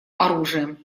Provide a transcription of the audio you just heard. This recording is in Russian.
оружием